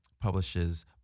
publishes